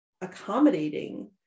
accommodating